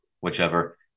whichever